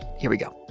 here we go